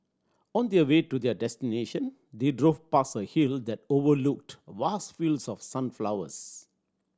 on their way to their destination they drove past a hill that overlooked vast fields of sunflowers